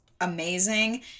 amazing